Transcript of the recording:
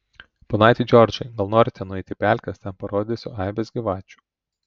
ponaiti džordžai gal norite nueiti į pelkes ten parodysiu aibes gyvačių